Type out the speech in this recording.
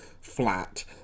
flat